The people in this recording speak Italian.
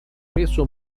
peso